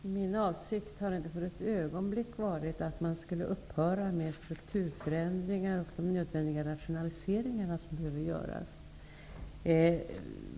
Herr talman! Min avsikt har inte för ett ögonblick varit att man skall upphöra med strukturförändringar och de nödvändiga rationaliseringar som behöver genomföras.